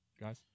guys